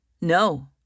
No